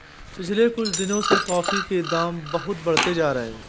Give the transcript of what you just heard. पिछले कुछ दिनों से कॉफी के दाम बहुत बढ़ते जा रहे है